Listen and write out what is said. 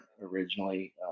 originally